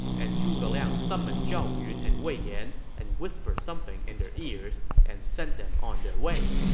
and zhuge liang summoned zhao yun and wei yan and whispered something in their ears and sent them on their way.